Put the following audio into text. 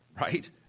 Right